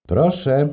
Proszę